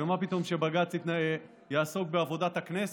ומה פתאום שבג"ץ יעסוק בעבודת הכנסת,